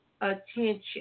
attention